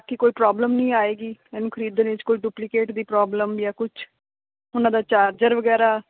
ਕਿ ਕੋਈ ਪ੍ਰੋਬਲਮ ਨਹੀਂ ਆਏਗੀ ਮੈਨੂੰ ਖਰੀਦ ਦੇ 'ਚ ਕੋਈ ਡੁਪਲੀਕੇਟ ਦੀ ਪ੍ਰੋਬਲਮ ਜਾਂ ਕੁਝ ਉਹਨਾਂ ਦਾ ਚਾਰਜਰ ਵਗੈਰਾ